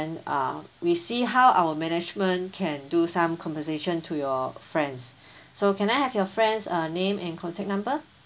uh we see how our management can do some compensation to your friends so can I have your friends' uh name and contact number